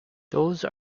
those